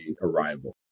arrival